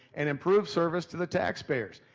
and improved service to the taxpayers.